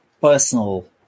personal